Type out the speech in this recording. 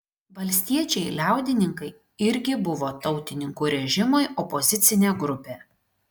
valstiečiai liaudininkai irgi buvo tautininkų režimui opozicinė grupė